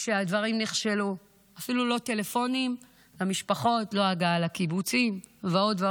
אפילו לא טלפונים למשפחות, לא הגעה לקיבוצים ועוד.